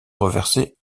reversés